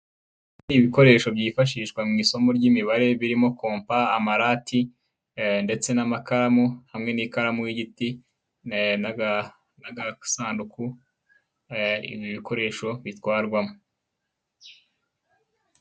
Ibi ni ibikoresho byifashishwa mu isomo ry'imibare birimo kompa, amarate ndetse n'amakaramu hamwe n'ikaramu y'igiti, n'agasunduku ibi bikoresho bitwarwamo.